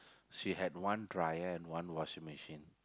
she had one dryer and one washing machine